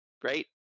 great